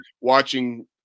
Watching